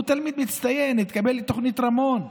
הוא תלמיד מצטיין, התקבל לתוכנית רמון,